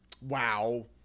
Wow